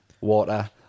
water